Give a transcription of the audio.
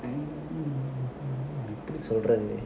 err எப்படி சொல்றது:eppadi solrathu